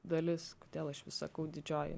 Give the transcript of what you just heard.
dalis kodėl aš vis sakau didžioji